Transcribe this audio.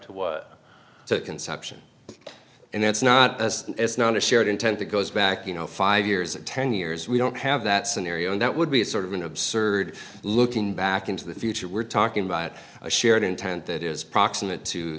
a conception and it's not as it's known or shared intent that goes back you know five years ten years we don't have that scenario and that would be sort of an absurd looking back into the future we're talking about a shared intent that is proximate to